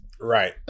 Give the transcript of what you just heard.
Right